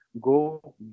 go